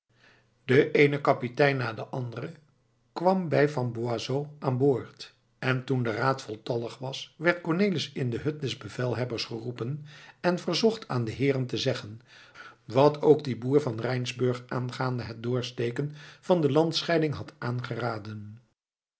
de eene kapitein na den anderen kwam bij van boisot aanboord en toen de raad voltallig was werd cornelis in de hut des bevelhebbers geroepen en verzocht aan de heeren te zeggen wat ook die boer van rijnsburg aangaande het doorsteken van de landscheiding had aangeraden